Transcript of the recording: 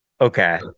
Okay